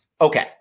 Okay